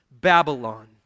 Babylon